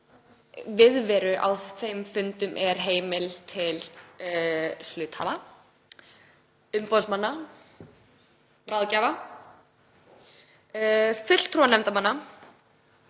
viðveru á þeim fundum er heimild til hluthafa, umboðsmanna, ráðgjafa, fulltrúa nefndarmanna,